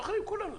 כולם זוכרים.